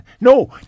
no